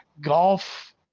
Golf